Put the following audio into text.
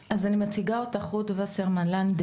אז, אני מציגה אותך חברת הכנסת, רות וסרמן לנדה.